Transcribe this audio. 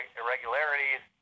irregularities